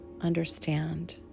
understand